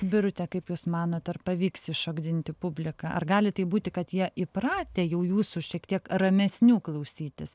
birute kaip jūs manot ar pavyks iššokdinti publiką ar gali taip būti kad jie įpratę jau jūsų šiek tiek ramesnių klausytis